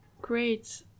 Great